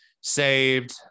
saved